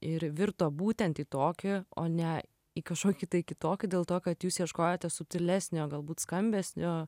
ir virto būtent į tokį o ne į kažkokį kitokį dėl to kad jūs ieškojote subtilesnio galbūt skambesio